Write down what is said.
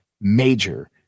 major